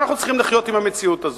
אנחנו צריכים לחיות עם המציאות הזאת.